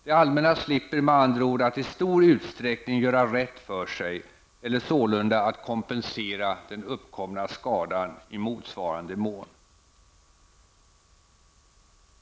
Det allmänna slipper med andra ord att i stor utsträckning göra rätt för sig eller sålunda att kompensera den uppkomna skadan i motsvarande mån.